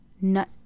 nut